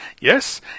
Yes